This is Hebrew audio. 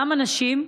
למה נשים?